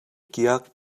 kiak